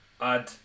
add